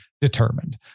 determined